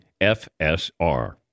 FSR